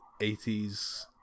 80s